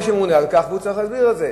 והוא צריך להסביר את זה.